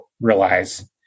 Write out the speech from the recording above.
realize